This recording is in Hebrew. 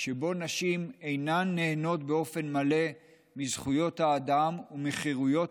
שבו נשים אינן נהנות באופן מלא מזכויות האדם ומחירויות